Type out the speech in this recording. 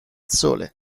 sole